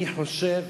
אני חושב